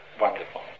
Wonderful